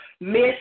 miss